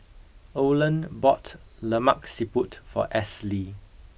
Olen bought lemak siput for Esley